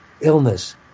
illness